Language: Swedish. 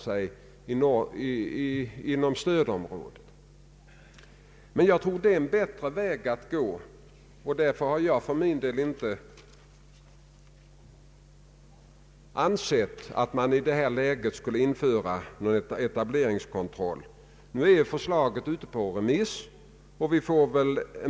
Jag tycker att det är lika bra att säga att detta kommer att ta viss tid för oss. Men då får vi också större förutsättningar att ha människorna med oss i vårt arbete.